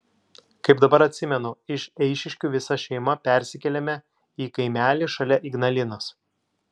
kaip dabar atsimenu iš eišiškių visa šeima persikėlėme į kaimelį šalia ignalinos